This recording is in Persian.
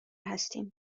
هستیم